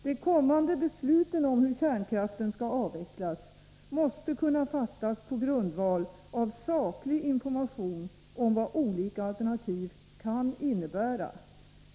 De kommande besluten om hur kärnkraften skall avvecklas måste kunna fattas på grundval av saklig information om vad olika alternativ kan innebära.